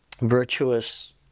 virtuous